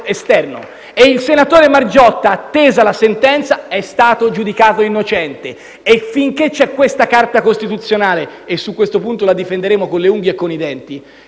Il senatore Margiotta, attesa la sentenza, è stato giudicato innocente. Finché c'è questa Carta costituzionale - e su questo punto la difenderemo con le unghie e con i denti